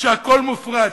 שהכול מופרט,